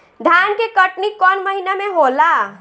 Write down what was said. धान के कटनी कौन महीना में होला?